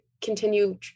continue